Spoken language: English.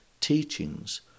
teachings